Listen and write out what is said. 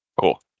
Cool